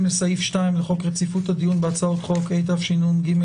לסעיף 2 לחוק רציפות הדיון בהצעות חוק התשנ"ג-1993,